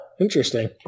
Interesting